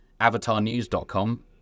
avatarnews.com